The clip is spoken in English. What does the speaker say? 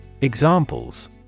Examples